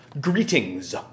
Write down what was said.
greetings